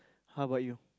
how about you